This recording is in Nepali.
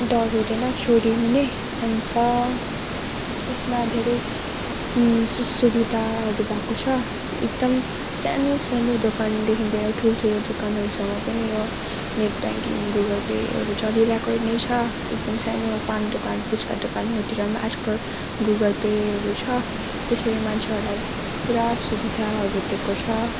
डर हुँदैन चोरी हुने अन्त यसमा धेरै सुविधाहरू भाएको छ एकदम सानो सानो दोकानदेखिन् लिएर ठुल्ठुलो दोकानहरूसम्म पनि यो नेट ब्याङ्किङ गुगल पेहरू चलिरहेकै नै छ एकदम सानो पान दोकान पुच्का दोकानहरतिर पनि आजकल गुगल पेहरू छ त्यसैले मान्छेहरूलाई पुरा सुविधाहरू दिएको छ